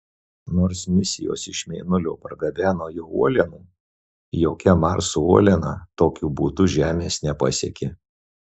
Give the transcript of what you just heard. nors misijos iš mėnulio pargabeno jo uolienų jokia marso uoliena tokiu būdu žemės nepasiekė